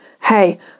hey